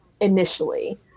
initially